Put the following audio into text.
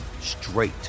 straight